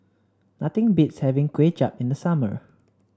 nothing beats having Kuay Chap in the summer